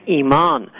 iman